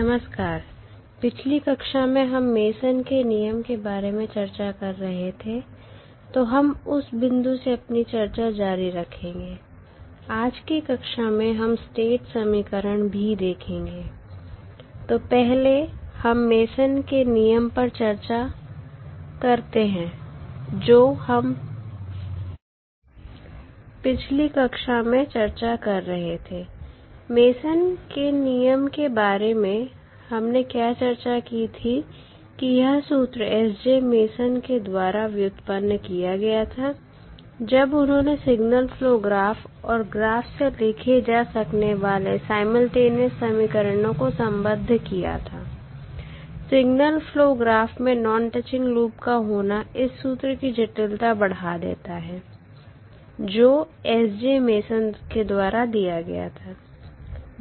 नमस्कार पिछली कक्षा में हम मेसन के नियम Mason's rule के बारे में चर्चा कर रहे थे तो हम उस बिंदु से अपनी चर्चा जारी रखेंगे आज की कक्षा में हम स्टेट समीकरण भी देखेंगे तो पहले हम मेसन के नियम पर चर्चा करते हैं जो हम पिछली कक्षा में चर्चा कर रहे थे मेसन के नियम के बारे में हमने क्या चर्चा की थी कि यह सूत्र एसजे मेसन के द्वारा व्युत्पन्न किया गया था जब उन्होंने सिगनल फ्लो ग्राफ और ग्राफ से लिखे जा सकने वाले साइमल्टेनियस समीकरणों को संबद्ध किया था सिग्नल फ्लोग्राफ में नॉन टचिंग लूप का होना इस सूत्र की जटिलता बढ़ा देता है जो एस जे मेसन के द्वारा दिया गया था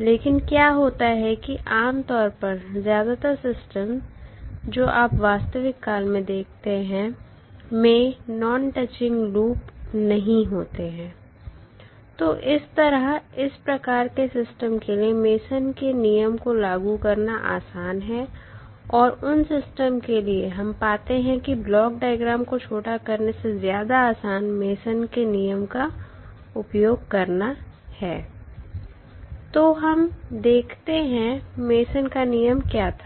लेकिन क्या होता है कि आमतौर पर ज्यादातर सिस्टम जो आप वास्तविक काल में देखते हैं में नॉन टचिंग लूप नहीं होते हैं तो इस तरह इस प्रकार के सिस्टम के लिए मेसन के नियम को लागू करना आसान है और उन सिस्टम के लिए हम पाते हैं कि ब्लॉक डायग्राम को छोटा करने से ज्यादा आसान मेसन के नियम का उपयोग करना है तो हम देखते हैं मेसन का नियम क्या था